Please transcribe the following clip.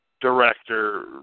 director